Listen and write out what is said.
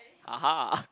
(uh huh)